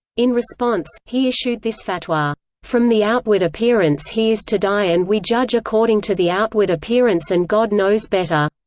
in response, he issued this fatwa from the outward appearance he is to die and we judge according to the outward appearance and god knows better.